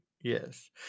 Yes